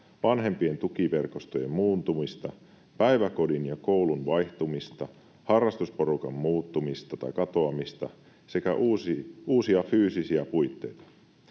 vanhempien tukiverkostojen muuntumista, päiväkodin ja koulun vaihtumista, harrastusporukan muuttumista tai katoamista sekä uusia fyysisiä puitteita.